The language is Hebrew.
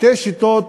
שתי שיטות,